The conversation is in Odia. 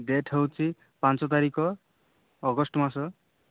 ଡେଟ୍ ହେଉଛି ପାଞ୍ଚ ତାରିଖ ଅଗଷ୍ଟ ମାସ